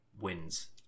wins